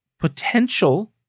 potential